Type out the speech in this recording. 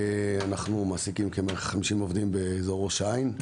אנחנו מעסיקים בערך 150 עובדים באזור ראש העין,